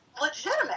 legitimate